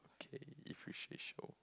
okay if you say so